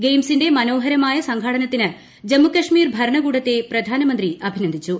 ഗെയിംസിന്റെ മനോഹരമായ സംഘാടനത്തിന് ജമ്മുകശ്മീർ ഭരണകൂടത്തെ പ്രധാനമന്ത്രി അഭിനന്ദിച്ചു